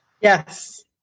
Yes